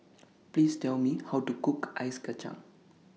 Please Tell Me How to Cook Ice Kachang